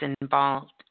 involved